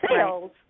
sales